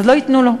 אז לא ייתנו לו.